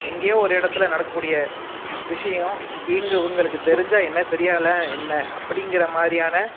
எங்கயோ ஒரு இடத்துல நடக்க கூடிய விஷயம் இங்கே இவங்களுக்கு தெரிஞ்சால் என்ன தெரியலைனா என்ன அப்படிங்கிற மாதிரியான